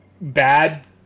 bad